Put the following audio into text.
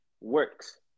works